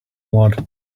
blood